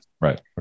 Right